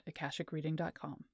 akashicreading.com